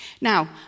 Now